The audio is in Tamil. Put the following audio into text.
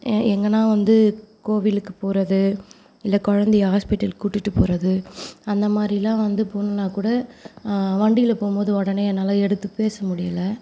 எங்கனா வந்து கோவிலுக்கு போகிறது இல்லை குழந்தைய ஹாஸ்ப்பிட்டல் கூட்டிட்டு போகிறது அந்தமாதிரில்லாம் வந்து போணுன்னாக்கூட வண்டியில போகும்போது உடனே என்னால் எடுத்து பேசமுடியல